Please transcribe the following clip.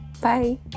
Bye